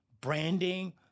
branding